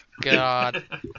god